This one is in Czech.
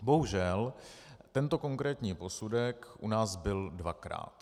Bohužel tento konkrétní posudek u nás byl dvakrát.